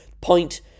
Point